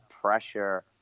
pressure